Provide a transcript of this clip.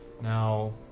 Now